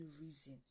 reason